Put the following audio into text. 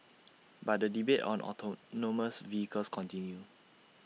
but the debate on autonomous vehicles continue